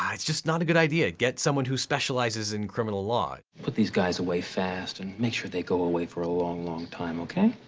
it's just not a good idea. get someone who specializes in criminal law. put these guys away fast and make sure they go away for a long, long time, okay?